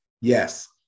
Yes